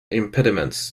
impediments